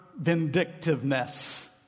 vindictiveness